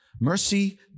Mercy